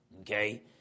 okay